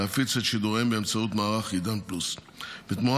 להפיץ את שידוריהם באמצעות מערך עידן פלוס בתמורה